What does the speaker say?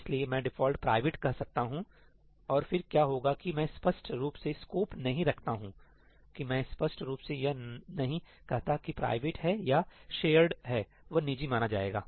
इसलिए मैं 'default private' कह सकता हूं और फिर क्या होगा कि मैं स्पष्ट रूप से स्कोप नहीं रखता हूं कि मैं स्पष्ट रूप से यह नहीं कहता कि प्राइवेट है या शेयर्ड है वह निजी माना जाएगा